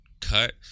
cut